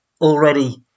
already